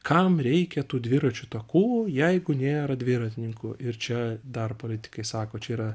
kam reikia tų dviračių takų jeigu nėra dviratininkų ir čia dar politikai sako čia yra